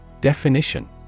Definition